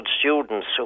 students